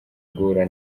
guhura